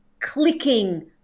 clicking